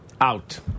Out